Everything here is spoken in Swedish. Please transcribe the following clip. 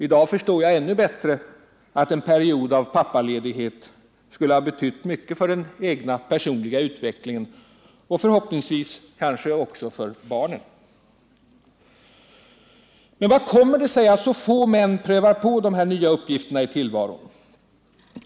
I dag förstår jag ännu bättre att en period av pappaledighet skulle ha betytt mycket för den personliga utvecklingen och förhoppningsvis kanske också för barnen. Men hur kommer det sig att så få män prövar på de här nya uppgifterna i tillvaron?